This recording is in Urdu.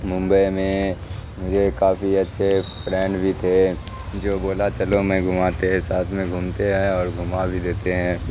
ممبئی میں مجھے کافی اچھے فرینڈ بھی تھے جو بولا چلوں میں گھماتے ہیں ساتھ میں گھومتے ہیں اور گھما بھی دیتے ہیں